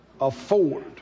Afford